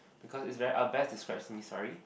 because it's very uh best describes me sorry